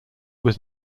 was